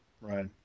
Right